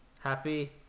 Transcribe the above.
Happy